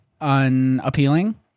unappealing